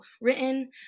written